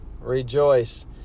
rejoice